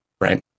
right